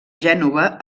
gènova